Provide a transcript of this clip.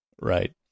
Right